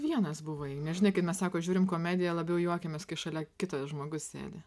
vienas buvai nes žinai kai mes sako žiūrim komediją labiau juokiamės kai šalia kitas žmogus sėdi